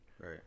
right